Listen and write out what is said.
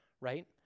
right